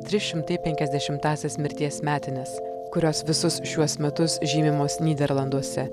trys šimtai penkiasdešimtąsias mirties metines kurios visus šiuos metus žymimos nyderlanduose